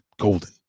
golden